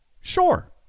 Sure